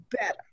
better